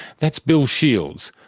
that's bill shields.